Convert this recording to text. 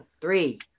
Three